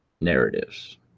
narratives